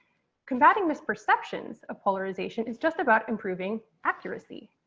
combating this perceptions of polarization is just about improving accuracy.